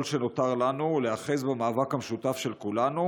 כל שנותר לנו הוא להיאחז במאבק המשותף של כולנו,